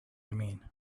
mean